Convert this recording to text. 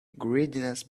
greediness